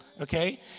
Okay